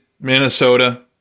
Minnesota